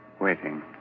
waiting